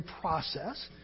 process